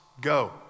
go